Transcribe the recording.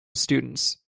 students